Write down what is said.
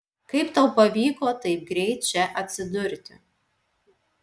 kaip tau pavyko taip greit čia atsidurti